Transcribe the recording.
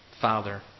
Father